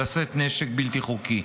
לשאת נשק בלתי חוקי.